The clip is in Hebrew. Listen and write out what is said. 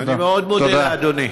אני מאוד מודה לאדוני.